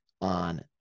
on